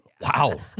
Wow